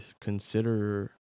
consider